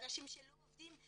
אנשים שלא עובדים?